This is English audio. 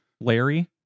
Larry